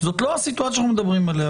זאת לא הסיטואציה שאנחנו מדברים עליה,